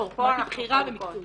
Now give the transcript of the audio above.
לא, אמרתי בחירה ומקצועי.